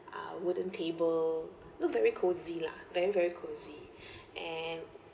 uh wooden table look very cosy lah very very cosy and